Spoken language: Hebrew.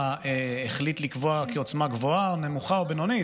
החליט לקבוע כעוצמה גבוהה או נמוכה או בינונית,